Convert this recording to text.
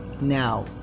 now